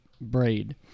braid